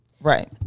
Right